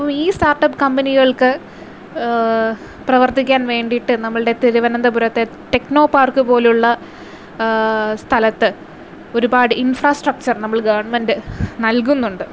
ഈ സ്റ്റാര്ട്ടപ്പ് കമ്പനികൾക്ക് പ്രവർത്തിക്കാൻ വേണ്ടിയിട്ട് നമ്മുടെ തിരുവനന്തപുരത്തെ ടെക്നോപാർക്ക് പോലുള്ള സ്ഥലത്ത് ഒരുപാട് ഇന്ഫ്രാസ്ട്രക്ച്ചര് നമ്മള് ഗവണ്മെന്റ് നല്കുന്നുണ്ട്